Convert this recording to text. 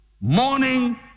Morning